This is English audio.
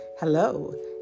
Hello